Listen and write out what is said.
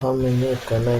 hamenyekana